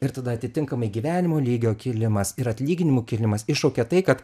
ir tada atitinkamai gyvenimo lygio kilimas ir atlyginimų kilimas iššaukia tai kad